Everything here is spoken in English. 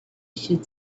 should